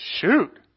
shoot